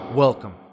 Welcome